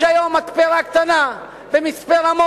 יש היום מתפרה קטנה במצפה-רמון.